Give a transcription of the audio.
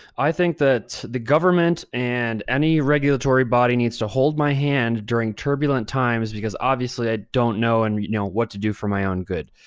i think that the government and any regulatory body needs to hold my hand during turbulent times because obviously i don't know and know what to do for my own good.